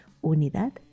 Unidad